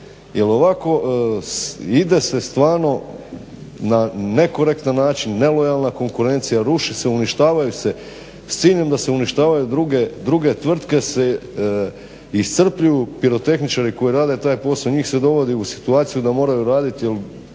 jer ovako ide se stvarno na nekorektan način, nelojalna konkurencija, ruši se, uništavaju se s ciljem da se uništavaju druge tvrtke se iscrpljuju, pirotehničari koji rade taj posao njih se dovodi u situaciju da moraju raditi jer